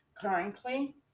currently